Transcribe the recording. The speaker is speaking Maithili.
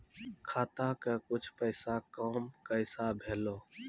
खाता के कुछ पैसा काम कैसा भेलौ?